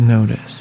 Notice